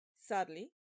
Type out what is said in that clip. sadly